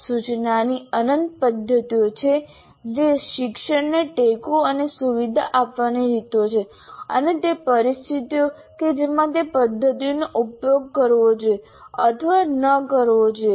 સૂચનાની અનંત પદ્ધતિઓ છે જે શિક્ષણને ટેકો અને સુવિધા આપવાની રીતો છે અને તે પરિસ્થિતિઓ કે જેમાં તે પદ્ધતિઓનો ઉપયોગ કરવો જોઈએ અથવા ન કરવો જોઈએ